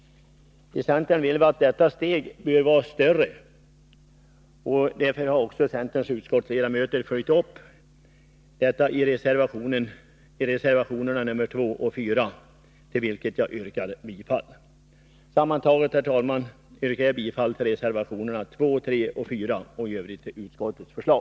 Centern vill ta ett större steg, och centerns utskottsledamöter har följt upp det i reservationerna 2 och 4, till vilka jag yrkar bifall. Sammantaget yrkar jag, herr talman, bifall till reservationerna 2, 3 och 4 och i övrigt till utskottets förslag.